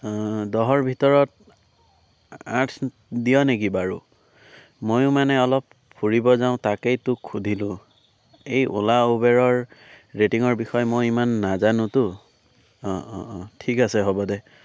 অঁ দহৰ ভিতৰত আঠ দিৱ নেকি বাৰু ময়ো মানে অলপ ফুৰিব যাওঁ তাকেই তোক সুধিলোঁ এই অ'লা উবেৰৰ ৰেটিঙৰ বিষয়ে মই ইমান নাজানোতো অঁ অঁ অঁ ঠিক আছে হ'ব দে